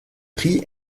prix